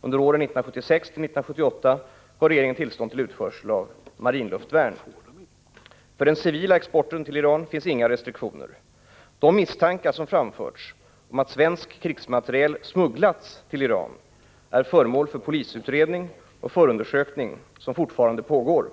Under åren 1976 till 1978 gav regeringen tillstånd till utförsel av marinluftvärn. För den civila exporten till Iran finns inga restriktioner. De misstankar som framförts om att svensk krigsmateriel smugglats till Iran är föremål för polisutredning och förundersökning som fortfarande pågår.